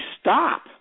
stop